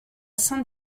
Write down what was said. saint